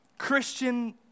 Christian